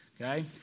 Okay